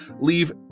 leave